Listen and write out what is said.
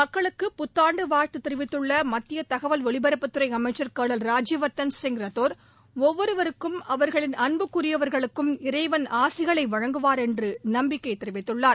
மக்களுக்கு புத்தாண்டு வாழ்த்து தெிவித்துள்ள மத்திய தகவல் ஒலிபரப்புத்துறை அமைச்சர் கர்னல் ராஜ்யவர்த்தன் சிங் ரத்தோர் ஒவ்வொருவருக்கும் அவர்களின் அன்புக்குரியவர்களுக்கும் இறைவன் ஆசிகளை வழங்குவார் என்று நம்பிக்கை தெரிவித்துள்ளார்